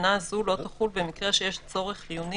תקנה זו לא תחול במקרה שיש צורך חיוני